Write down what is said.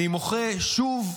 אני מוחה שוב,